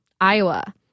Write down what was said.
Iowa